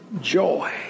Joy